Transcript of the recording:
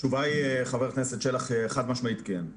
התשובה היא, חבר הכנסת שלח, חד-משמעית כן.